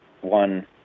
one